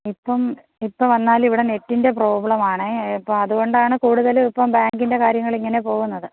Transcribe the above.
ഇപ്പം ഇപ്പോൾ വന്നാലിവിടെ നെറ്റിൻ്റെ പ്രോബ്ലമാണ് അപ്പം അതുകൊണ്ടാണ് കൂടുതലും ഇപ്പോൾ ബാങ്കിൻ്റെ കാര്യങ്ങളിങ്ങനെ പോകുന്നത്